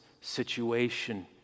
situation